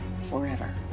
forever